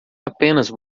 apenas